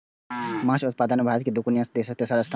माछ उत्पादन मे भारत के दुनिया मे तेसर स्थान छै